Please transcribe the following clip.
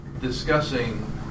discussing